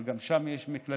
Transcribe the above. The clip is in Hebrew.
אבל גם שם יש מקלטים,